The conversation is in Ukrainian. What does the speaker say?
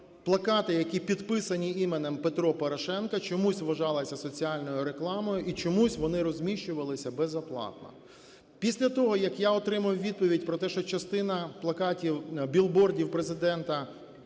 плакати, які підписані іменем Петро Порошенко, чомусь вважалося соціальною рекламою і чомусь вони розміщувалися безоплатно. Після того, як я отримав відповідь про те, що частина плакатів, білбордів Президента